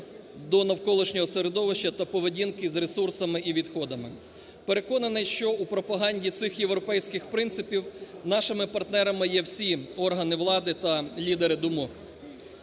до навколишнього середовища та поведінки з ресурсами і відходами. Переконаний, що у пропаганді цих європейських принципів нашими партнерами є всі органи влади та лідери думок.